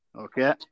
Okay